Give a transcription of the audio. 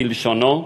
כלשונה,